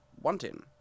wanting